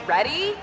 Ready